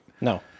No